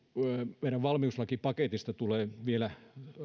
meidän valmiuslakipaketissa tulee vielä